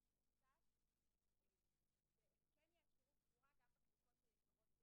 אני מתכבד לפתוח את הישיבה.